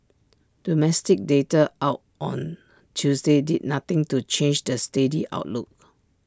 domestic data out on Tuesday did nothing to change the steady outlook